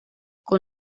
con